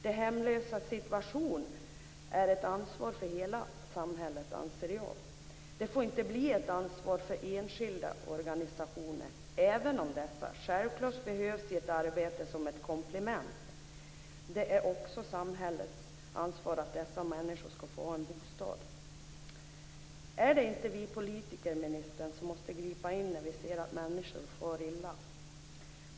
De hemlösas situation är, anser jag, ett ansvar för hela samhället. Det får inte bli ett ansvar för enskilda organisationer - även om dessa självklart behövs som komplement i ett arbete. Det är också samhällets ansvar att dessa människor skall få ha en bostad. Är det inte vi politiker, ministern, som måste gripa in när vi ser att människor far illa?